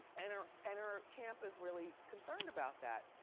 and her and her camp is really concerned about that.